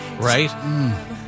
right